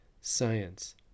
Science